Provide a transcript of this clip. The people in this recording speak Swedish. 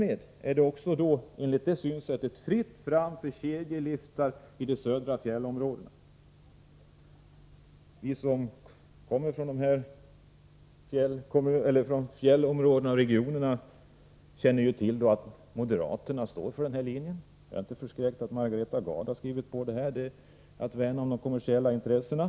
Enligt det synsättet är det således fritt fram för kedjeliftar i de södra fjällområdena. Vi som kommer från fjällområdena känner till att moderaterna står för denna linje, och jag är inte förskräckt över att Margareta Gard har skrivit på reservationen, som innebär att man värnar om de kommersiella intressena.